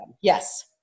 Yes